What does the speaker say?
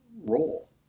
role